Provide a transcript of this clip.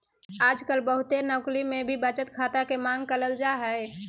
आजकल बहुते नौकरी मे भी बचत खाता के मांग करल जा हय